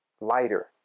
lighter